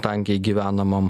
tankiai gyvenamam